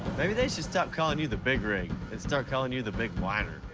maybe they should stop calling you the big rig and start calling you the big whiner.